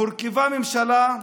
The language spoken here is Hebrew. הורכבה ממשלה,